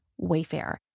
Wayfair